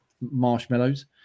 marshmallows